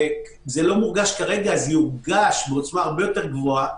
שזה לא מורגש כרגע אבל זה יורגש בעוצמה הרבה יותר גבוהה.